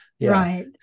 Right